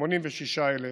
86,000,